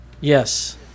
Yes